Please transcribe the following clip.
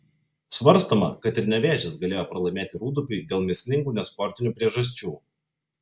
svarstoma kad ir nevėžis galėjo pralaimėti rūdupiui dėl mįslingų nesportinių priežasčių